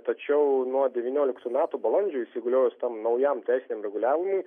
tačiau nuo devynioliktų metų balandžio įsigaliojus tam naujam teisiniam reguliavimui